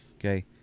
Okay